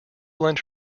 lent